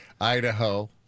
Idaho